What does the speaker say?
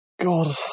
God